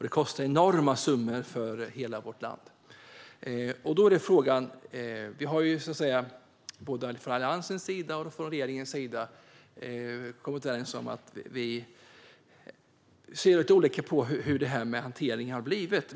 Det kostar enorma summor för hela vårt land. Vi har både från Alliansens sida och från regeringens sida kommit överens om att vi ser lite olika på hur hanteringen har blivit.